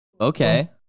Okay